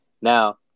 Now